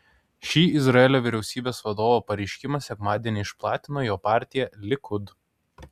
šį izraelio vyriausybės vadovo pareiškimą sekmadienį išplatino jo partija likud